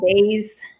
days